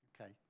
Okay